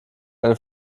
eine